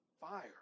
fire